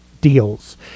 deals